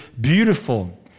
beautiful